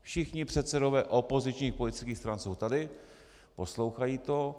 Všichni předsedové opozičních politických stran jsou tady, poslouchají to.